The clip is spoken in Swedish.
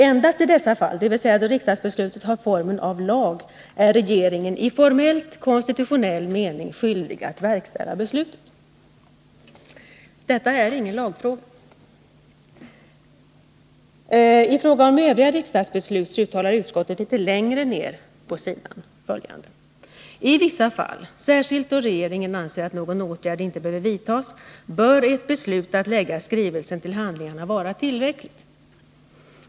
Endast i dessa fall, dvs. då riksdagsbeslutet har formen av lag, är regeringen i formellt konstitutionell mening skyldig att verkställa beslutet.” Detta är ingen lagfråga. I fråga om övriga riksdagsbeslut uttalar utskottet litet längre ner på sidan följande: ”TI vissa fall, särskilt då regeringen anser att någon åtgärd inte behöver vidtas, bör ett beslut att lägga skrivelsen till handlingarna vara tillräckligt.